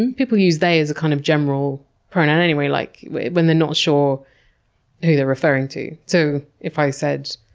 and people use they as a kind of general pronoun anyway. like when when they're not sure who they're referring to. so if i said,